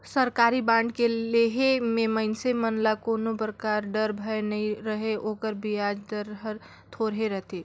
सरकारी बांड के लेहे मे मइनसे मन ल कोनो परकार डर, भय नइ रहें ओकर बियाज दर हर थोरहे रथे